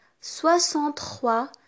soixante-trois